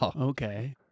Okay